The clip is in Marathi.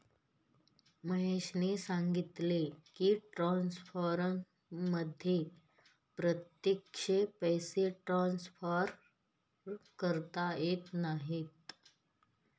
महेशने सांगितले की, ट्रान्सफरमध्ये प्रत्यक्ष पैसे ट्रान्सफर करता येत नाहीत